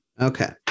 Okay